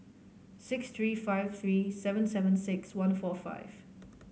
six three five three seven seven six one four five